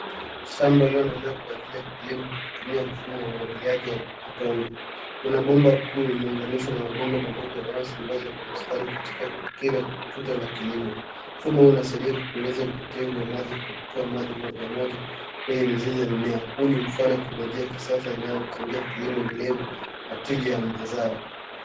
Shamba lililoandaliwa kwa ajili ya kilimo kwa kutumia mfumo wa umwagiliaji wa matone. Kuna bomba kuu lililounganishwa na mabomba madogo yanayo sambazwa kwa mstari katika kila tuta la kilimo. Mfumo huu unasaidia kupunguza upotevu wa maji kwa kutoa maji moja moja kwenye mizizi ya mimea. Huu ni mfano wa teknolojia ya kisasa inayochangia kilimo endelevu natija ya mazao.